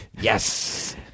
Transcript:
Yes